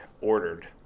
ordered